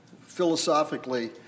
philosophically